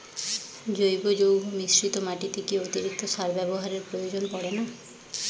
জৈব যৌগ মিশ্রিত মাটিতে কি অতিরিক্ত সার ব্যবহারের প্রয়োজন পড়ে না?